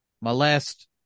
molest